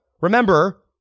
Remember